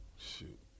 Shoot